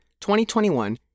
2021